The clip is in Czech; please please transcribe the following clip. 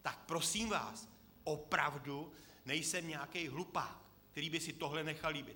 Tak prosím vás, opravdu nejsem nějaký hlupák, který by si tohle nechal líbit.